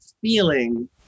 feeling